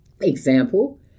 Example